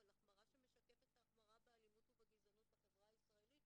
אבל החמרה שמשקפת את ההחמרה באלימות ובגזענות בחברה הישראלית,